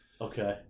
Okay